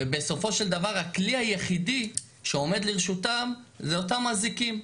ובסופו של דבר הכלי היחידי שעומד לרשותם זה אותם אזיקים.